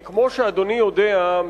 כמו שאדוני יודע,